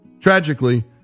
Tragically